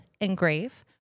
engrave